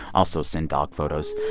also, send dog photos